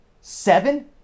Seven